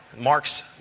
Mark's